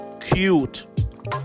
cute